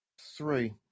Three